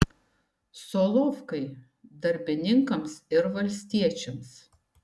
solovkai darbininkams ir valstiečiams